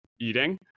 eating